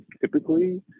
Typically